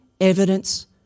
evidence